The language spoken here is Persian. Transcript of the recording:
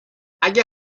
اگه